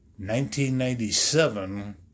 1997